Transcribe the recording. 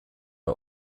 are